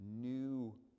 new